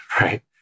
right